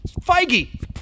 Feige